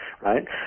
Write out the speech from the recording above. right